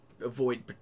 avoid